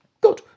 Good